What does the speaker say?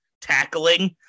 tackling